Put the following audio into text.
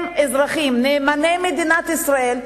הם אזרחים נאמני מדינת ישראל,